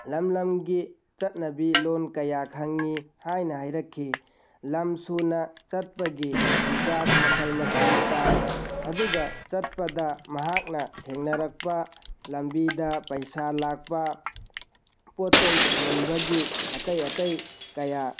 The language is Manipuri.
ꯂꯝ ꯂꯝꯒꯤ ꯆꯠꯅꯕꯤ ꯂꯣꯟ ꯀꯌꯥ ꯈꯪꯏ ꯍꯥꯏꯅ ꯍꯥꯏꯔꯛꯈꯤ ꯂꯝꯁꯨꯅ ꯆꯠꯄꯒꯤ ꯆꯤꯟꯖꯥꯛ ꯃꯈꯜ ꯃꯈꯜ ꯆꯥꯏ ꯑꯗꯨꯒ ꯆꯠꯄꯗ ꯃꯍꯥꯛꯅ ꯊꯦꯡꯅꯔꯛꯄ ꯂꯝꯕꯤꯗ ꯄꯩꯁꯥ ꯂꯥꯛꯄ ꯄꯣꯠ ꯆꯩ ꯃꯨꯟꯕꯒꯤ ꯑꯇꯩ ꯑꯇꯩ ꯀꯌꯥ